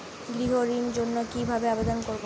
গৃহ ঋণ জন্য কি ভাবে আবেদন করব?